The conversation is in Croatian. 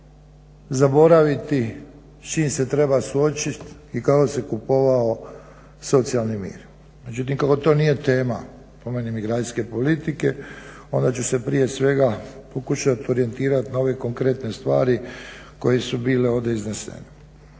zaboraviti s čim se treba suočiti i kako se kupovao socijalni mir. Međutim, kako to nije tema, po meni migracijske politike, onda ću se prije svega pokušati orijentirati na ove konkretne stvari koje su bile ovdje iznesene.